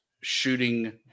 shooting